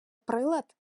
прилад